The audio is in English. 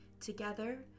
Together